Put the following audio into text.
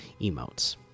emotes